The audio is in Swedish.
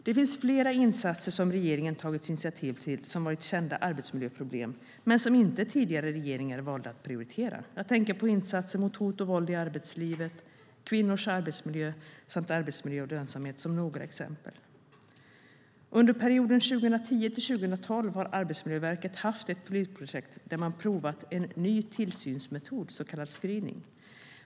Det finns flera insatser som regeringen tagit initiativ till som varit kända arbetsmiljöproblem men som inte tidigare regeringar valt att prioritera. Jag tänker till exempel på frågor som hot och våld i arbetslivet, kvinnors arbetsmiljö samt arbetsmiljö och lönsamhet. Under perioden 2010-2012 har Arbetsmiljöverket haft ett pilotprojekt där man provat en ny tillsynsmetod, så kallad screening.